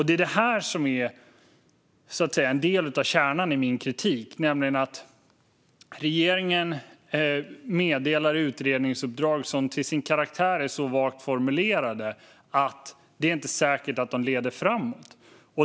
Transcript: Det är det som är en del av kärnan i min kritik, nämligen att regeringen meddelar utredningsuppdrag som till sin karaktär är så vagt formulerade att det inte är säkert att de leder framåt.